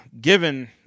given